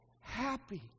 happy